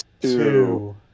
Two